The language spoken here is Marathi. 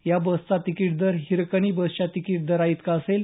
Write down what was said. या बसचा तिकिट दर हिरकणी बसच्या तिकिट दराइतका असेल